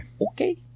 Okay